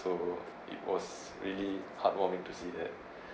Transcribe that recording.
so it was really heartwarming to see that